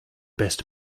best